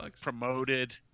promoted